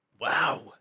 Wow